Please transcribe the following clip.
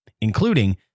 including